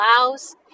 allows